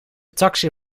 taxi